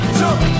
jump